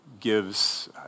gives